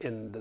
in the